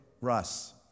Russ